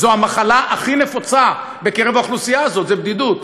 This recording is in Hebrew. זו המחלה הכי נפוצה בקרב האוכלוסייה הזאת, בדידות.